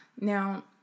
Now